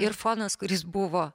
ir fonas kuris buvo